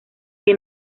que